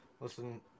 Listen